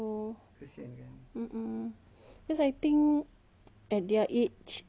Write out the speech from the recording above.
cause I think at their age the more they want to be